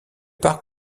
parc